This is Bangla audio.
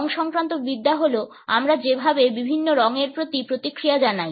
রং সংক্রান্ত বিদ্যা হল আমরা যেভাবে বিভিন্ন রঙের প্রতি প্রতিক্রিয়া জানাই